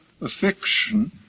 affection